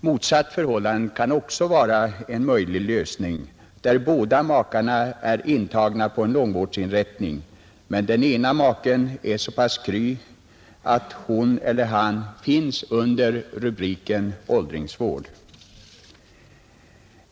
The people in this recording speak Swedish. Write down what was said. Motsatt förhållande kunde också vara en möjlig lösning, där båda makarna är intagna på en långtidsvårdsinrättning, men den ena maken är så pass kry att hon eller han finns under rubriken åldringsvård.